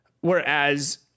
Whereas